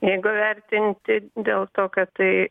jeigu vertinti dėl to kad tai